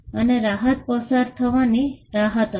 અને રાહત પસાર થવાની રાહત હતી